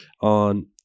on